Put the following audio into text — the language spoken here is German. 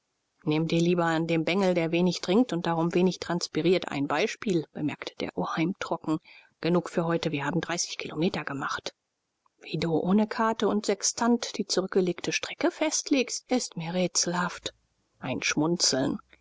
nimm dir lieber an dem bengel der wenig trinkt und darum wenig transpiriert ein beispiel bemerkte der oheim trocken genug für heute wir haben dreißig kilometer gemacht wie du ohne karte und sextant die zurückgelegte strecke feststellst ist mir rätselhaft ein schmunzeln